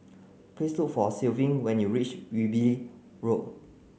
please look for Clevie when you reach Wilby Road